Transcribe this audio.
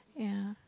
ya